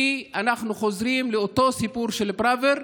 כי אנחנו חוזרים לאותו סיפור של פראוור,